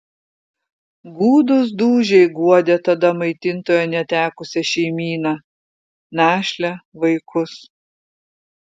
gūdūs dūžiai guodė tada maitintojo netekusią šeimyną našlę vaikus